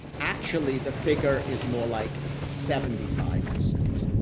actually, the figure is more like seventy five percent,